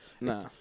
No